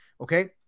okay